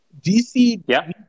DC